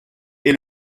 est